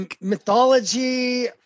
mythology